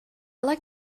like